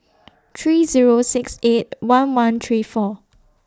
three Zero six eight one one three four